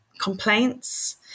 complaints